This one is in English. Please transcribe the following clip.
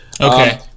okay